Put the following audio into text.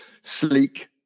sleek